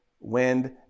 wind